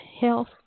health